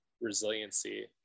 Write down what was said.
resiliency